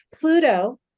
Pluto